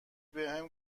بهم